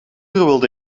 wilde